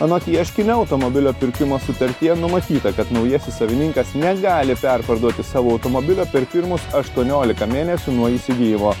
anot ieškinio automobilio pirkimo sutartyje numatyta kad naujasis savininkas negali perparduoti savo automobilio per pirmus aštuoniolika mėnesių nuo įsigijimo